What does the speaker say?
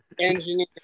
engineer